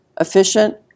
efficient